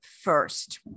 first